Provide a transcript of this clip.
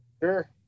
Sure